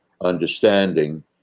understanding